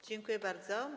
Dziękuję bardzo.